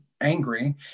angry